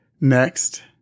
Next